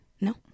no